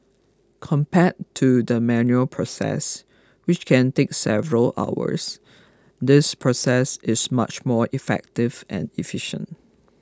compared to the manual process which can take several hours this process is much more effective and efficient